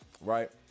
Right